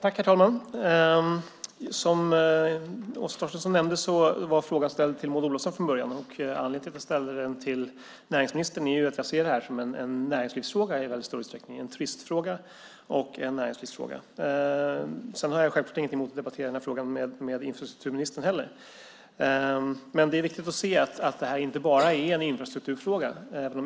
Herr talman! Som Åsa Torstensson nämnde var min interpellation från början ställd till Maud Olofsson. Anledningen till att jag ställde den till näringsministern är att jag i väldigt stor utsträckning ser detta som både en turistfråga och en näringslivsfråga. Självklart har jag inget emot att diskutera detta med infrastrukturministern. Men det är viktigt att se att det här inte bara är en infrastrukturfråga.